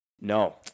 no